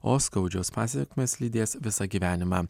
o skaudžios pasekmės lydės visą gyvenimą